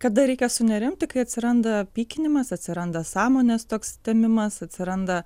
kada reikia sunerimti kai atsiranda pykinimas atsiranda sąmonės toks temimas atsiranda